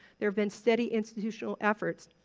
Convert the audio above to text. there have been steady institutional efforts,